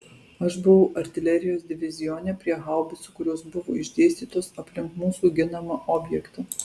aš buvau artilerijos divizione prie haubicų kurios buvo išdėstytos aplink mūsų ginamą objektą